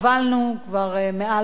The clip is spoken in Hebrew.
כבר מעל שנה,